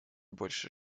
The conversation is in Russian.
больше